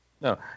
No